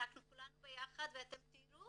אנחנו כולנו ביחד ואתם תראו